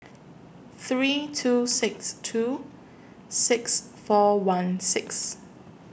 three two six two six four one six